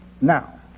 now